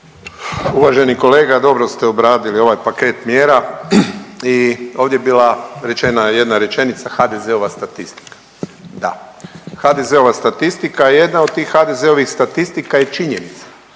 Uvaženi kolega dobro ste obradili ovaj paket mjera i ovdje je bila rečena jedna rečenica HDZ-ova statistika. Da, HDZ-ova statistika. Jedna od tih HDZ-ovih statistika je činjenica